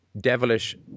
devilish